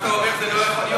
מה שאתה אומר לא יכול להיות,